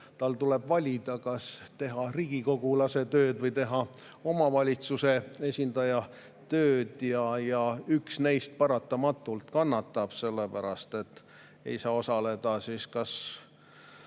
selle töös, valida, kas teha riigikogulase tööd või teha omavalitsuse esindaja tööd. Üks neist paratamatult kannatab, sellepärast et siis ei saa osaleda kas